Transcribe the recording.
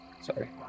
Sorry